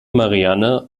marianne